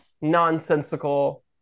nonsensical